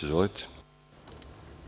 Izvolite.